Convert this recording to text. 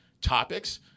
topics